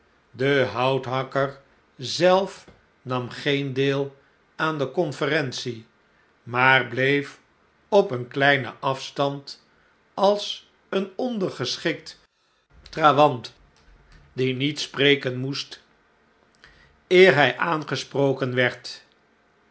de houthakker zelf nam geen deel aan de conferentie maar bleef op een kleinen afstand als een ondergeschikt trawant die niet spreken moest eer hij aangesproken werd